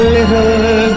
Little